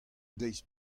deiz